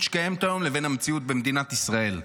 שקיימת היום לבין המציאות במדינת ישראל.